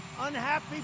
unhappy